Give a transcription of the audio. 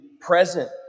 present